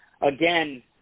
again